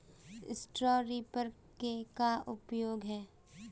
Straw reaper क का उपयोग ह?